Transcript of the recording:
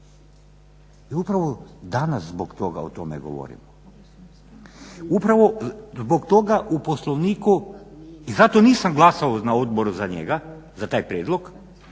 I upravo danas zbog toga o tome govorimo. Upravo zbog toga u Poslovniku i zato nisam glasao na Odboru za njega, za taj prijedlog